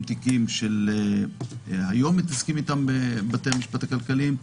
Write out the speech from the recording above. תיקים שהיום מתעסקים איתם בבתי משפט הכלכליים,